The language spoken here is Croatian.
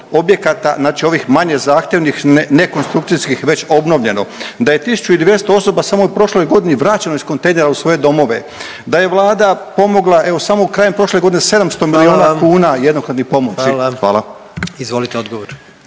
objekata znači ovih manje zahtjevnih ne konstrukcijskih već obnovljeno, da je 1.200 osoba samo u prošloj godini vraćeno iz kontejnera u svoje domove, da je Vlada pomogla evo samo krajem prošle godine 700 milijuna kuna …/Upadica predsjednik: Hvala vam./…